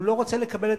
הוא לא רוצה לקבל החלטות.